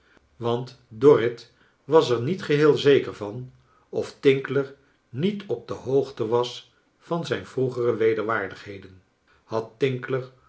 want dorrit was er niet geheel zeker van of tinkler niet op de hoogte was van zijn vroegere wederwaardigheden had